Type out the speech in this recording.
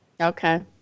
Okay